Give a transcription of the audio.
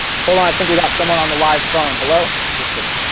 hold on, i think we got someone on the live phone, hello? just kidding.